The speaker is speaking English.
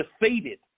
defeated